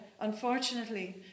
unfortunately